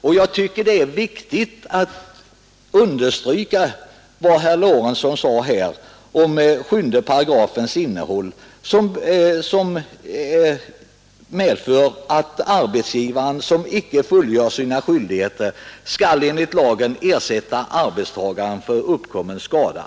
Och jag tycker det är viktigt att understryka vad herr Lorentzon sade om innehållet i 7 §, som medför att arbetsgivare som icke fullgör sina skyldigheter enligt lagen skall ersätta arbetstagaren för uppkommen skada.